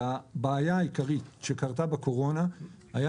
והבעיה העיקרית שקרתה בקורונה הייתה